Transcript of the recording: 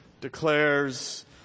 declares